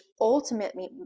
ultimately